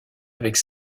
avec